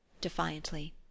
defiantly